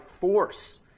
force